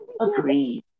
Agreed